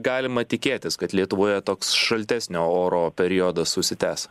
galima tikėtis kad lietuvoje toks šaltesnio oro periodas užsitęs